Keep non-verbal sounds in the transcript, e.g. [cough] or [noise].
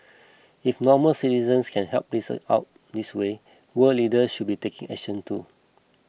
if normal citizens can help [unintelligible] out this way world leaders should be taking action too